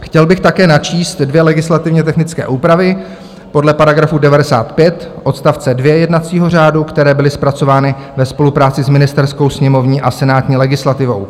Chtěl bych také načíst dvě legislativně technické úpravy podle § 95 odst. 2 jednacího řádu, které byly zpracovány ve spolupráci s ministerskou, sněmovní a senátní legislativou.